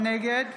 נגד